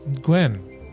Gwen